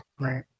right